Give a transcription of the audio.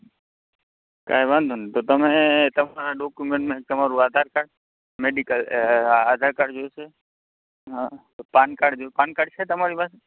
કંઈ વાંધો નહીં તો તમે તમારા ડોક્કુમેન્ટ તમારું Aadhaar card medical Aadhaar card જોઈશે પાન કાર્ડ જોઈશે પાન કાર્ડ છે તમારી પાસે